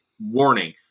warning